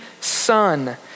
Son